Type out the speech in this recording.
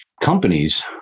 companies